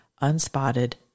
unspotted